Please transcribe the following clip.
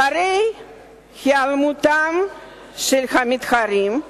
אחרי היעלמותם של המתחרים,